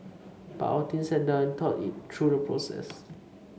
but our team sat down and thought through the process